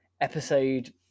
episode